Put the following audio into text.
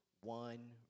one